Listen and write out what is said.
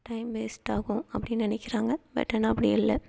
time வேஸ்ட்டாகும் அப்படின்னு நினைக்கிறாங்க பட் ஆனால் அப்படி இல்லை